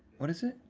what is it?